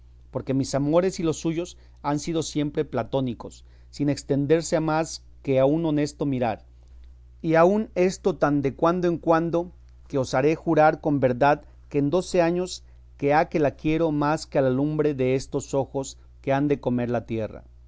porque mis amores y los suyos han sido siempre platónicos sin estenderse a más que a un honesto mirar y aun esto tan de cuando en cuando que osaré jurar con verdad que en doce años que ha que la quiero más que a la lumbre destos ojos que han de comer la tierra